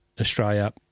Australia